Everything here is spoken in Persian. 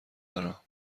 دارم